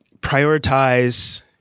prioritize